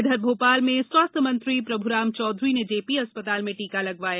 उधर भोपाल में स्वास्थ्य मंत्री प्रभुराम चौधरी ने जेपी अस्पताल में टीका लगवाया